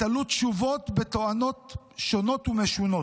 ותלו תשובות בתואנות שונות ומשונות.